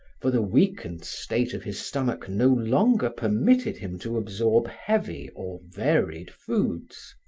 for the weakened state of his stomach no longer permitted him to absorb heavy or varied foods.